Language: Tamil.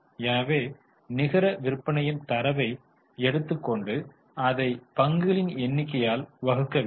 எனவே நிகர விற்பனையின் தரவை எடுத்துக்கொண்டு அதை பங்குகளின் எண்ணிக்கை ஆல் வகுக்க வேண்டும்